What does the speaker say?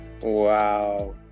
wow